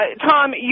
Tom